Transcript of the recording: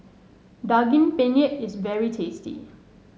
Daging Penyet is very tasty